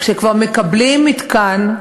כשכבר מקבלים מתקן,